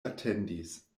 atendis